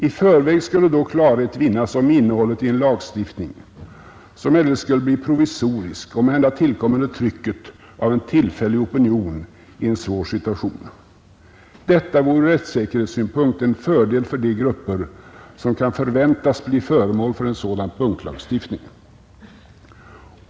I förväg skulle då klarhet vinnas om innehållet i en lagstiftning, som eljest skulle bli provisorisk och måhända tillkomma under trycket av en tillfällig opinion i en svår situation. Detta vore ur rättssäkerhetssynpunkt en fördel för de grupper som kan förväntas bli föremål för en sådan punktlagstiftning.